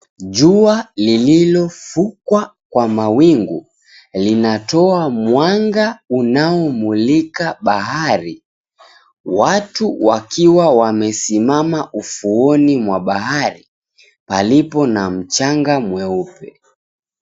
Jua liliofukwa kwa mawingu linatoa mwanga unaomulika bahari, watu wakiwa wamesimama ufuoni mwa bahari palipo na mchanga mweupe.